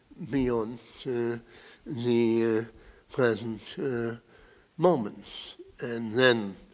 beyond the ah present moments and then